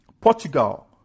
Portugal